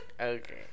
Okay